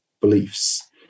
beliefs